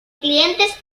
clientes